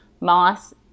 moss